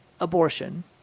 abortion